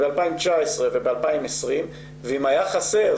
2019 וב-2020 ואם היה חסר,